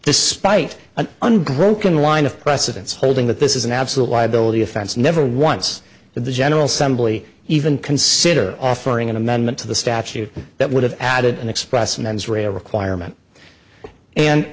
despite an unbroken line of precedence holding that this is an absolute liability offense never once the general somebody even consider offering an amendment to the statute that would have added an express and then israel requirement and